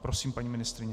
Prosím, paní ministryně.